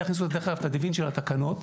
מתי הכניסו את הדה וינצ'י לתקנות,